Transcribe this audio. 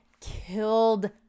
killed